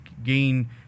gain